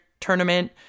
Tournament